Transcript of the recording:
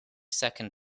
second